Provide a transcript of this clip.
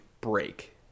break